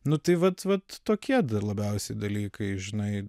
nu tai vat vat tokie labiausiai dalykai žinai